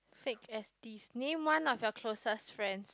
fake S D name one of your closest friends